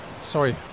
Sorry